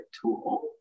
tool